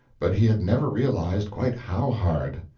but he had never realized quite how hard.